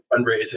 fundraising